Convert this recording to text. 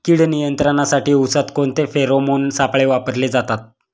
कीड नियंत्रणासाठी उसात कोणते फेरोमोन सापळे वापरले जातात?